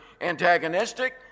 antagonistic